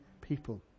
people